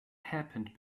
happened